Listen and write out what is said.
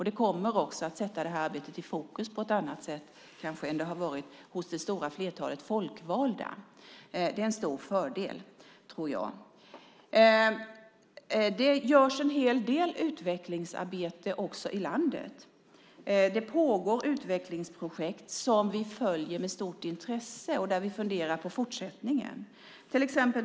Det kommer också att sätta det här arbetet i fokus på ett annat sätt än det har varit hos det stora flertalet folkvalda. Jag tror att det är en stor fördel. Det görs också en hel del utvecklingsarbete i landet. Det pågår utvecklingsprojekt som vi följer med stort intresse och där vi funderar på fortsättningen.